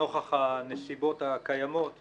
נוכח הנסיבות הקיימות,